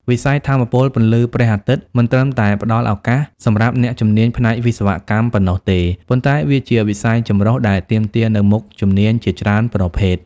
វិស័យថាមពលពន្លឺព្រះអាទិត្យមិនត្រឹមតែផ្តល់ឱកាសសម្រាប់អ្នកជំនាញផ្នែកវិស្វកម្មប៉ុណ្ណោះទេ ប៉ុន្តែវាជាវិស័យចម្រុះដែលទាមទារនូវមុខជំនាញជាច្រើនប្រភេទ។